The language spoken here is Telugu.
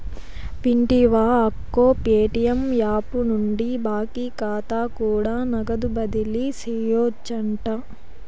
వింటివా అక్కో, ప్యేటియం యాపు నుండి బాకీ కాతా కూడా నగదు బదిలీ సేయొచ్చంట